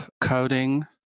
coding